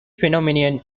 phenomenon